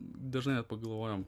dažnai net pagalvojam